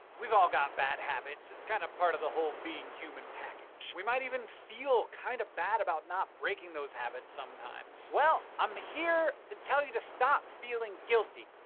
we've all got bad habits. it's kinda kind of part of the whole being human package. we might even feel kind of bad about not breaking those habits sometimes. well, i'm here to tell you to stop feeling guilty.